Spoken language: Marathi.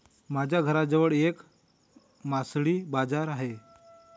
माझ्या घराजवळ एक मासळी बाजार आहे